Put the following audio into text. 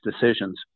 decisions